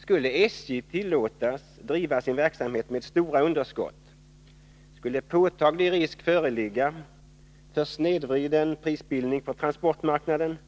Skulle SJ tillåtas driva sin verksamhet med stora underskott skulle påtaglig risk föreligga för snedvriden prisbildning på transportmarknaden